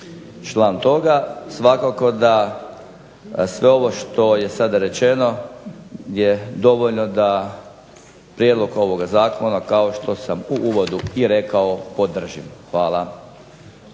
član toga. Svakako da sve ovo što je sada rečeno je dovoljno da prijedlog ovoga zakona kao što sam u uvodu i rekao podržim. Hvala.